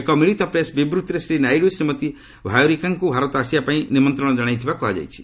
ଏକ ମିଳିତ ପ୍ରେସ୍ ବିବୃଭିରେ ଶ୍ରୀ ନାଇଡୁ ଶ୍ରୀମତୀ ଭାୟୋରିକାଙ୍କୁ ଭାରତ ଆସିବା ପାଇଁ ନିମନ୍ତ୍ରଣ ଜଣାଇଥିବା କୁହାଯାଇଛି